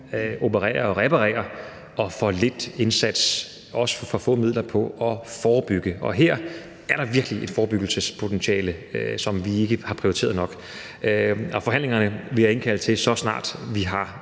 operere og reparere og for lidt indsats og også for få midler på at forebygge. Og her er der virkelig et forebyggelsespotentiale, som vi ikke har prioriteret nok. Og forhandlingerne vil jeg indkalde til, så snart tiden